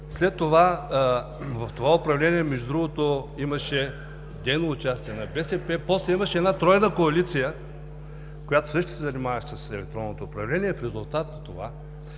след това – в това управление, между другото, имаше дейно участие на БСП, после имаше една тройна коалиция, която също се занимаваше с електронното управление, и в резултат на това